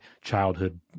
childhood